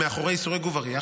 "מאחורי סורג ובריח,